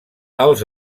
els